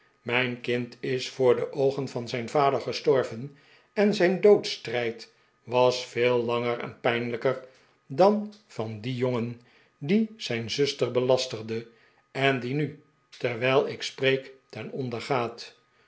mijn kind is voor de oogen van zijn vader gestorven en zijn doodsstrijd was veel langer er pijnlijker dan van dien jongen die zijn zuster belasterde en die nu terwijl ik spreek ten onder gaat